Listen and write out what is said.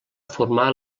formar